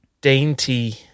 dainty